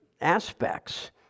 aspects